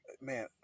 Man